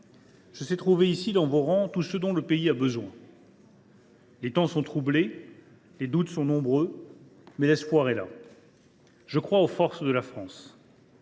que je trouverai ici, dans vos rangs, tout ce dont le pays a besoin. « Les temps sont troublés, les doutes sont nombreux, mais l’espoir est là. Je crois aux forces de la France,